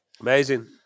Amazing